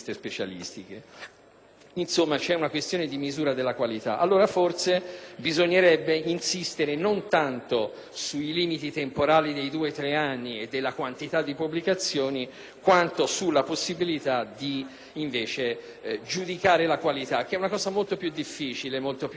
Insomma, c'è una questione di misura della qualità. Forse bisognerebbe allora insistere non tanto sul limite temporale dei due-tre anni e sulla quantità di pubblicazioni, quanto sulla possibilità di giudicare invece la qualità, che è cosa molto più difficile e molto più ardua e che richiede